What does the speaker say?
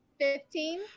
Fifteen